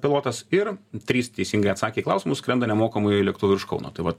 pilotas ir trys teisingai atsakę į klausimus skrenda nemokamai lėktuvu virš kauno tai va